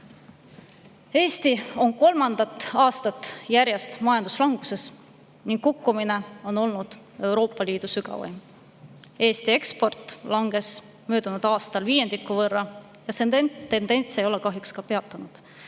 Eesti on kolmandat aastat järjest majanduslanguses ning kukkumine on olnud Euroopa Liidu sügavaim. Eesti eksport langes möödunud aastal viiendiku võrra ja see tendents ei ole kahjuks peatunud.